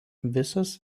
visas